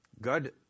God